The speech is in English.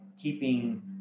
keeping